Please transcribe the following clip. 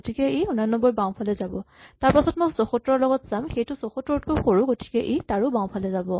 গতিকে ই ৮৯ ৰ বাওঁফালে যাব তাৰপাছত মই ৭৪ ৰ লগত চাম সেইটো ৭৪ তকৈয়ো সৰু গতিকে ই তাৰো বাওঁফালে যাব